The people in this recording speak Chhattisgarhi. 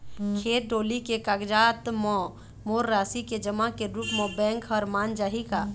खेत डोली के कागजात म मोर राशि के जमा के रूप म बैंक हर मान जाही का?